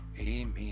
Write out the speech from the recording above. Amen